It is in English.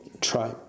try